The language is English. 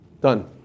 Done